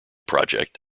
project